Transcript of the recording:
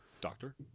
doctor